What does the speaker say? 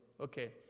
okay